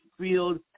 field